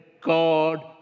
God